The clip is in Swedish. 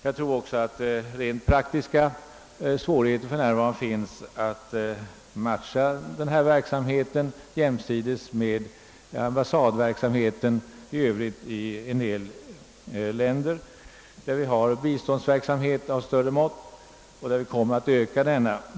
Jag tror också att det för närvarande föreligger rent praktiska svårigheter att matcha denna verksamhet jämsides med ambassadverksamheten i övrigt i en del länder, där vi har biståndsverksamhet av större omfattning och där vi kommer att öka denna.